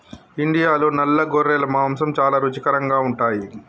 ఇండియాలో నల్ల గొర్రెల మాంసం చాలా రుచికరంగా ఉంటాయి